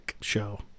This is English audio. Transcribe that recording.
show